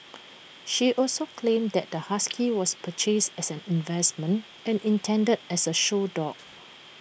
she also claimed that the husky was purchased as an investment and intended as A show dog